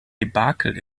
debakel